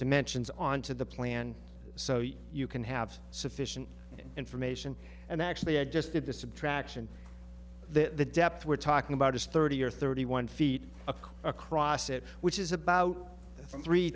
dimensions on to the plan so yes you can have sufficient information and actually i just have to subtraction that the depth we're talking about is thirty or thirty one feet across it which is about three